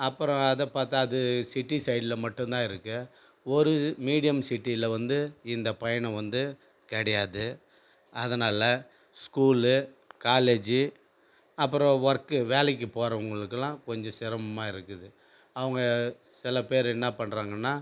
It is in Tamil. அப்புறம் அதை பார்த்தா அது சிட்டி சைடில் மட்டும்தான் இருக்குது ஒரு மீடியம் சிட்டியில் வந்து இந்த பயணம் வந்து கிடையாது அதனாலே ஸ்கூலு காலேஜு அப்புறம் ஒர்க்கு வேலைக்கு போகிறவங்களுக்குலாம் கொஞ்சம் சிரமமா இருக்குது அவங்க சில பேர் என்ன பண்ணுறாங்கன்னா